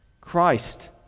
Christ